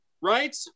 right